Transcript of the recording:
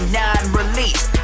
non-release